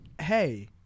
Hey